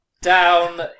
down